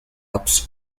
ups